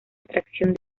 atracción